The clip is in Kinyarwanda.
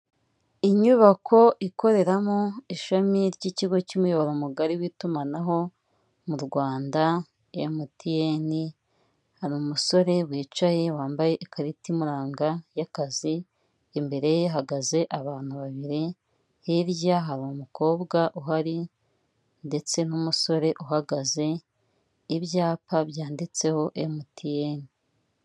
Inyubako ikoreramo ishami ry'ikigo cy'umuyoboro mugari w'itumanaho mu Rwanda MTN, hari umusore wicaye wambaye ikarita imuranga y'akazi, imbere ye hahagaze abantu babiri, hirya hari umukobwa uhari ndetse n'umusore uhagaze, ibyapa byanditseho MTN.